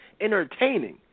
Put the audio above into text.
entertaining